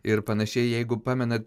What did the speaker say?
ir panašiai jeigu pamenat